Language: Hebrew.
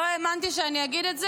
לא האמנתי שאני אגיד את זה,